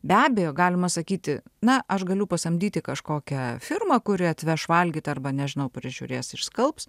be abejo galima sakyti na aš galiu pasamdyti kažkokią firmą kuri atveš valgyti arba nežinau prižiūrės išskalbs